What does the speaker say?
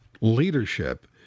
leadership